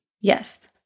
yes